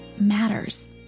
matters